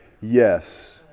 Yes